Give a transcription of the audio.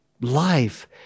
life